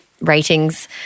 ratings